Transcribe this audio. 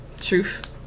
Truth